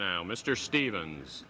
now mr stevens